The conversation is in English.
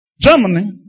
Germany